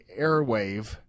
airwave